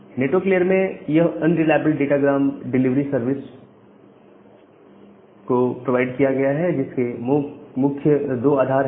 network layer में यह unreliable datagram delivery service जो कि प्रोवाइड किया गया है इसके दो मुख्य आधार हैं